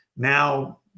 Now